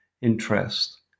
interest